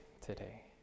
today